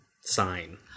sign